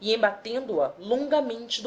e embatendo a longamente